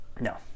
No